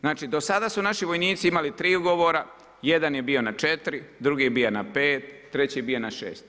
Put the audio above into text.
Znači, do sada su naši vojnici imali tri ugovora, jedan je bio na 4., drugi je bio na 5., treći je bio na šest.